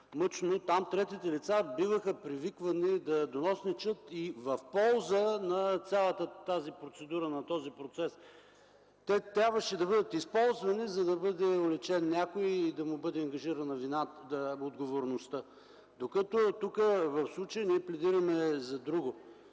съжалява, там третите лица биваха привиквани да доносничат и в полза на цялата тази процедура те трябваше да бъдат използвани, за да бъде уличен някой и да му бъде ангажирана отговорност. Докато в случая тук пледираме за друго.